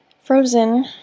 Frozen